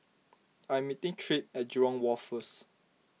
I am meeting Tripp at Jurong Wharf first